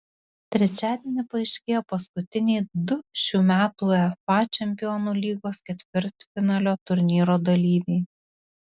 trečiadienį paaiškėjo paskutiniai du šių metų uefa čempionų lygos ketvirtfinalio turnyro dalyviai